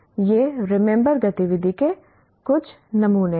ये रिमेंबर गतिविधि के कुछ नमूने हैं